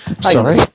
Sorry